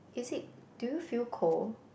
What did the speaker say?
is it do you feel cold